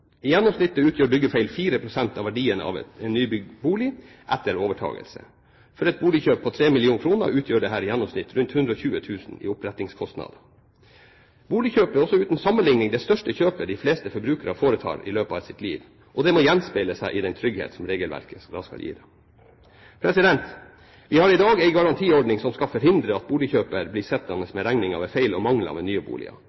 I gjennomsnitt utgjør byggefeil 4 pst. av verdien av en nybygd bolig etter overtagelse. For et boligkjøp på 3 mill. kr utgjør dette i gjennomsnitt rundt 120 000 kr i opprettingskostnader. Boligkjøp er også uten sammenligning det største kjøpet de fleste forbrukere foretar i løpet av sitt liv, og det må gjenspeile seg i den trygghet som regelverket da skal gi dem. Vi har i dag en garantiordning som skal forhindre at boligkjøper blir sittende med regningen ved feil og mangler ved nye boliger.